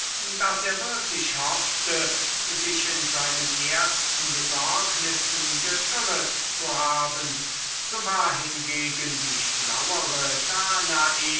daß er würklich hoffte sich in seinen ersten besorgnissen betrogen zu haben so war die feinere danae